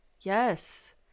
Yes